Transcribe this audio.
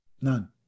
None